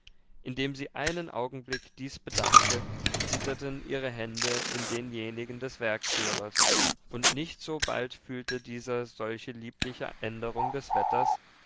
indem sie einen augenblick dies bedachte zitterten ihre hände in denjenigen des werkführers und nicht sobald fühlte dieser solche liebliche änderung des wetters